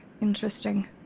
interesting